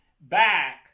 back